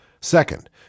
Second